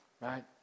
right